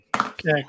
okay